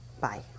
Bye